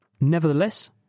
Nevertheless